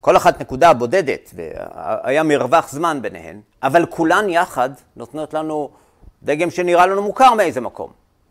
‫כל אחת נקודה בודדת, ‫והיה מרווח זמן ביניהן, ‫אבל כולן יחד נותנות לנו דגם ‫שנראה לנו מוכר מאיזה מקום.